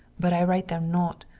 but i write them not,